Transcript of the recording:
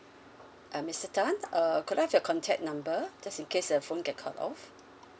uh mister tan uh could I have your contact number just in case the phone get cut off